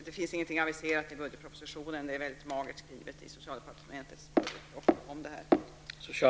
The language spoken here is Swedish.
Det finns ingenting aviserat i budgetpropositionen, det är väldigt magert skrivet från socialdepartementets sida i det här avseendet.